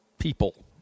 people